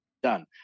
done